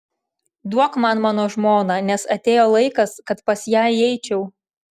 duok man mano žmoną nes atėjo laikas kad pas ją įeičiau